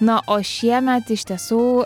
na o šiemet iš tiesų